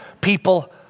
People